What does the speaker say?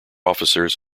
officers